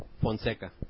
Fonseca